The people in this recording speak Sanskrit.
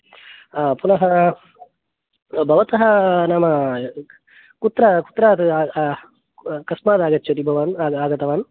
हा पुनः भवतः नाम कुत्र अत्र कस्मादागच्छति भवान् आगतवान्